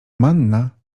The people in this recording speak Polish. manna